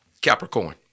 Capricorn